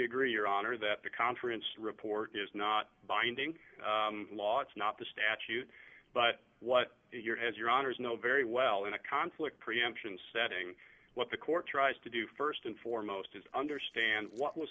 agree your honor that the conference report is not binding law it's not the statute but what has your honour's know very well in a conflict preemption setting what the court tries to do st and foremost is understand what was